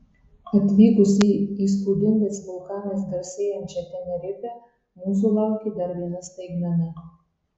atvykus į įspūdingais vulkanais garsėjančią tenerifę mūsų laukė dar viena staigmena